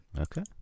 Okay